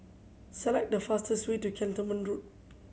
select the fastest way to Cantonment Road